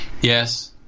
yes